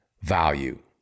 value